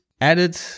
added